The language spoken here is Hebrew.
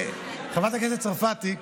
חברת הכנסת צרפתי,